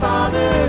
Father